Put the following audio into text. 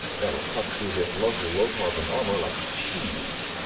that'll cut through this local low-carbon armor like cheese.